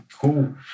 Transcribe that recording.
Cool